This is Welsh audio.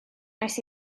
wnes